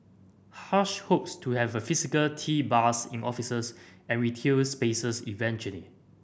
hush hopes to have a physical tea bars in offices and retail spaces eventually